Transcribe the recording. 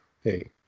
Hey